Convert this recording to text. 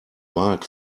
mark